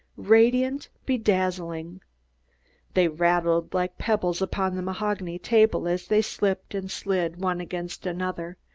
radiant, bedazzling. they rattled like pebbles upon the mahogany table as they slipped and slid one against another,